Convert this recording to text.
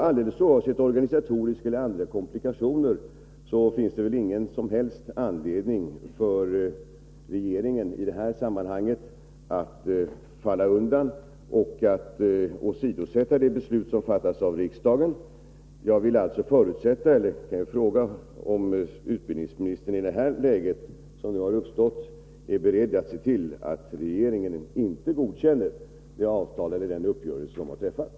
Alldeles oavsett organisatoriska eller andra komplikationer finns det ingen som helst anledning för regeringen att i det här sammanhanget falla undan och åsidosätta det beslut som fattats av riksdagen. Jag vill fråga om utbildningsministern, i det läge som nu har uppstått, är beredd att se till att regeringen inte godkänner den uppgörelse som har träffats.